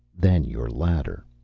then your ladder